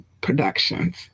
Productions